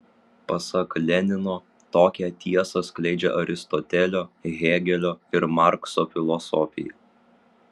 pasak lenino tokią tiesą skleidžia aristotelio hėgelio ir markso filosofija